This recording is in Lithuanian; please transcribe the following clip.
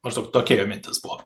maždaug tokia jo mintis buvo